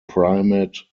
primate